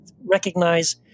recognize